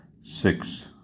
six